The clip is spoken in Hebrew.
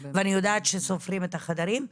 ואני יודעת שסופרים את החדרים,